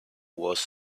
was